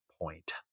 point